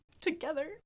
together